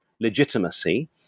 legitimacy